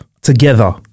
Together